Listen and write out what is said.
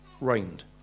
reigned